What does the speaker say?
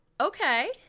Okay